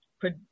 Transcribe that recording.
put